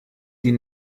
die